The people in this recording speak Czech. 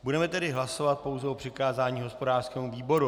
Budeme tedy hlasovat pouze o přikázání hospodářskému výboru.